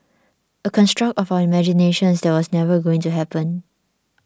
a construct of our imaginations that was never going to happen